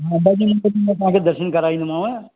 मां ॿ ॾींहन में तव्हांखे दर्शन कराइंदो मांव